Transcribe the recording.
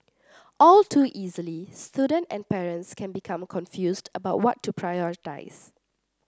all too easily student and parents can become confused about what to prioritise